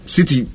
City